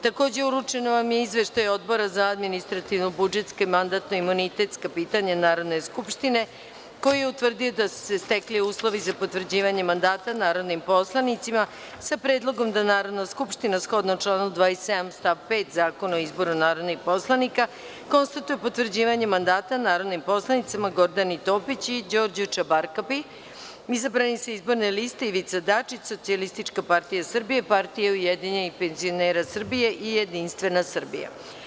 Takođe, uručen vam je Izveštaj Odbora za administrativno-budžetska i mandatno-imunitetska pitanja Narodne skupštine, koji je utvrdio da su se stekli uslovi za potvrđivanje mandata narodnim poslanicima, sa predlogom da Narodna skupština, shodno članu 27. stav 5. Zakona o izboru narodnih poslanika, konstatuje potvrđivanje mandata narodnim poslanicima Gordani Topić i Đorđu Čabarkapi, izabranim sa Izborne liste Ivica Dačić – Socijalistička partija Srbije, Partija ujedinjenih penzionera Srbije i Jedinstvena Srbija.